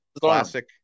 Classic